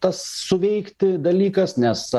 tas suveikti dalykas nes